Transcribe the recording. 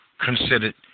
considered